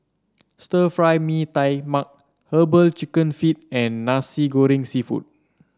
Stir Fry Mee Tai Mak herbal chicken feet and Nasi Goreng seafood